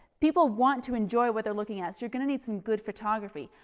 people want to enjoy what they're looking at. you're gonna need some good photography.